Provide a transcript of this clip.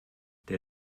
der